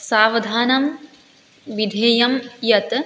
सावधानं विधेयं यत्